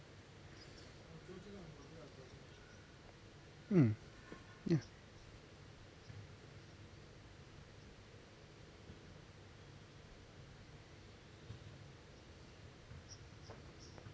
mm ya